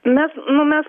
mes nu mes